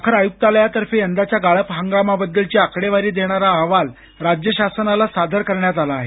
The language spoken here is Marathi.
साखर आयुक्तालयातर्फे यंदाच्या गाळप हंगामाबद्दलची आकडेवारी देणारा अहवाल राज्य शासनाला सादर करण्यात आला आहे